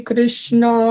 Krishna